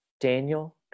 Daniel